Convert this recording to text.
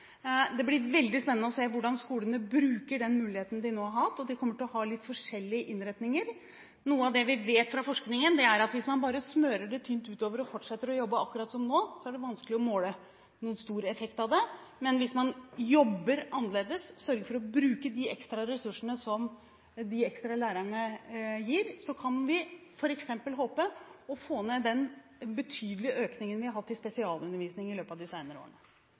Det blir veldig spennende å se hvordan skolene bruker den muligheten de nå har. De kommer til å ha litt forskjellige innretninger. Noe av det vi vet fra forskningen, er at hvis man bare smører det tynt utover og fortsetter å jobbe akkurat som nå, er det vanskelig å måle noen stor effekt av det. Men hvis man jobber annerledes og sørger for å bruke de ekstra ressursene som de ekstra lærerne gir, kan vi f.eks. håpe å få ned den betydelige økningen vi har hatt i spesialundervisningen i løpet av de senere årene.